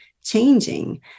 changing